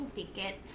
ticket